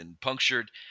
punctured